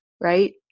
right